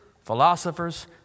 philosophers